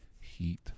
heat